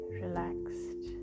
relaxed